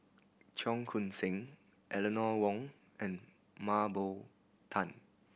Cheong Koon Seng Eleanor Wong and Mah Bow Tan